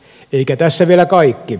eikä tässä vielä kaikki